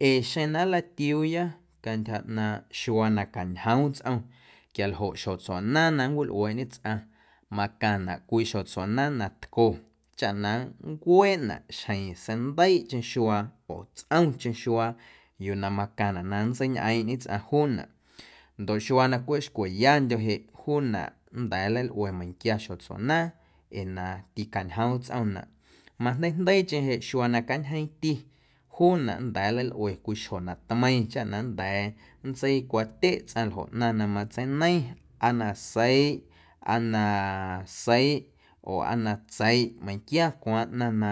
Ee xeⁿ na nlatiuuya cantyja ꞌnaaⁿꞌ xuaa na cañjoom tsꞌom quialjoꞌ xjotsuaꞌnaaⁿ na nncwilꞌueeꞌñe tsꞌaⁿ macaⁿnaꞌ cwii xjotsuaꞌnaaⁿ na tco chaꞌ na nncueeꞌnaꞌ xjeⁿ sandeiiꞌcheⁿ xuaa oo tsꞌomcheⁿ xuaa yuu na macaⁿnaꞌ na nntseiñꞌeeⁿꞌñe tsꞌaⁿ juunaꞌ ndoꞌ xuaa na cweꞌ xcweyandyo̱ jeꞌ juunaꞌ nnda̱a̱ nleilꞌue meiⁿnquia xjotsuaꞌnaaⁿ ee na ticañjoom tsꞌomnaꞌ majndeiijdeiicheⁿ jeꞌ xuaa na cañjeeⁿti juunaꞌ nnda̱a̱ nleilꞌue cwii xjo na tmeiⁿ chaꞌ na nnda̱a̱ nntseicwatyeꞌ tsꞌaⁿ ljoꞌ ꞌnaⁿ na matseineiⁿ aa na seiꞌ aa na seiꞌ oo aa na tseiꞌ meiⁿnquia cwaaⁿ ꞌnaⁿ na